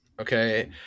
okay